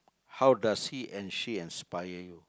how does he and she inspire you